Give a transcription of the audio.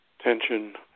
tension